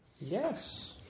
Yes